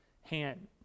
hand